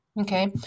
Okay